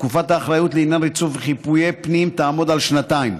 ותקופת האחריות לעניין ריצוף וחיפויי פנים תעמוד על שנתיים.